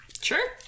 Sure